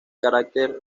carácter